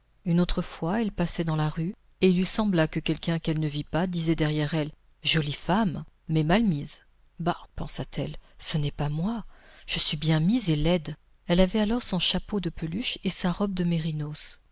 une autre fois elle passait dans la rue et il lui sembla que quelqu'un qu'elle ne vit pas disait derrière elle jolie femme mais mal mise bah pensa-t-elle ce n'est pas moi je suis bien mise et laide elle avait alors son chapeau de peluche et sa robe de mérinos